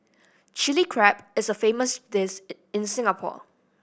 Chilli Crab is a famous dish in Singapore